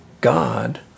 God